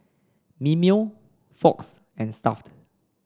Mimeo Fox and Stuff'd